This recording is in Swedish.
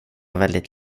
väldigt